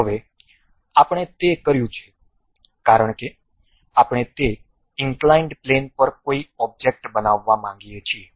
હવે આપણે તે કર્યું છે કારણ કે આપણે તે ઇંક્લાઇન્ડ પ્લેન પર કોઈ ઓબ્જેક્ટ બનાવવા માંગીએ છીએ